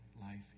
life